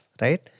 right